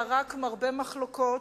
אלא רק מרבה מחלוקות,